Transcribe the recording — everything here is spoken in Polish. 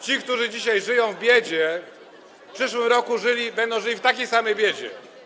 Ci, którzy dzisiaj żyją w biedzie, w przyszłym roku będą żyli w takiej samej biedzie.